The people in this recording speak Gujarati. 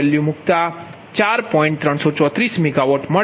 334MW મળશે